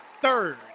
third